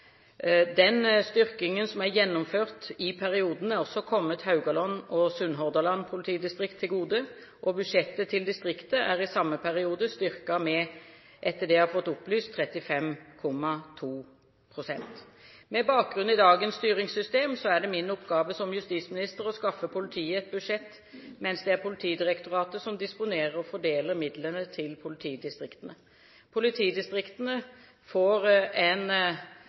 Den styrkingen som er gjennomført i perioden, er også kommet Haugaland og Sunnhordland politidistrikt til gode. Budsjettet til distriktet er i samme periode styrket med – etter det jeg har fått opplyst – 35,2 pst. Med bakgrunn i dagens styringssystem er det min oppgave som justisminister å skaffe politiet et budsjett, mens det er Politidirektoratet som disponerer og fordeler midlene til politidistriktene. Politidistriktene får en